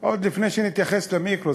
עוד לפני שנתייחס למיקרו,